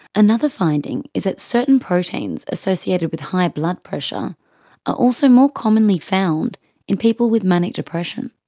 another finding is that certain proteins associated with high blood pressure are also more commonly found in people with manic depression.